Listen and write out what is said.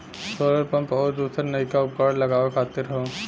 solar pump आउर दूसर नइका उपकरण लगावे खातिर हौ